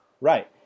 right